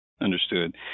Understood